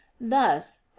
thus